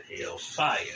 Hellfire